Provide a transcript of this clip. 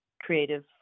Creative